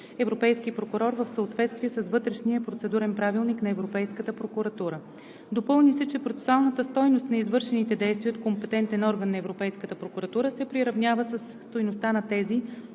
европейски прокурор в съответствие с вътрешния процедурен правилник на Европейската прокуратура. Допълни се, че процесуалната стойност на извършените действия от компетентен орган на Европейската прокуратура се приравнява със стойността на тези,